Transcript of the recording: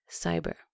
Cyber